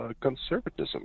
conservatism